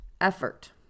effort